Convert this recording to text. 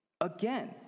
Again